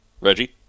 Reggie